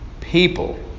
people